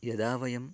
यदा वयं